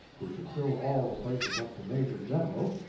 who should fill all the places up to major-general,